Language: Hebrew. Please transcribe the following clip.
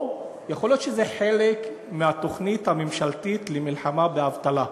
או יכול להיות שזה חלק מהתוכנית הממשלתית למלחמה באבטלה.